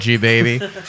baby